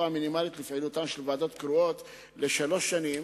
המינימלית של פעילות ועדות קרואות לשלוש שנים,